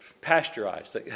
pasteurized